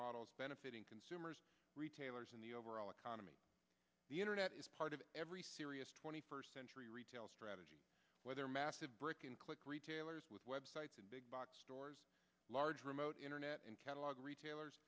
models benefiting consumers retailers and the overall economy the internet is part of every serious twenty first century retail strategy where there are massive brick and click retailers with websites in big box stores large remote internet and catalog retailers